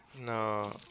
No